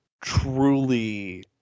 truly